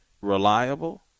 reliable